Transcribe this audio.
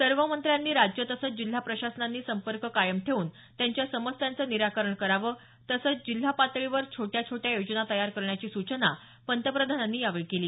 सर्व मंत्र्यांनी राज्य तसंच जिल्हा प्रशासनांनी संपर्क कायम ठेवून त्यांच्या समस्यांचं निराकरण करावं तसंच जिल्हा पातळीवर छोट्या छोट्या योजना तयार करण्याची सूचना पंतप्रधानांनी केली